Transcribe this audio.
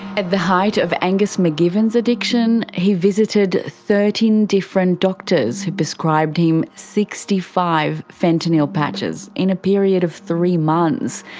at the height of angus mcgivern's addiction, he visited thirteen different doctors who prescribed him sixty five fentanyl patches in a period of three months,